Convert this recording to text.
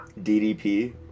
DDP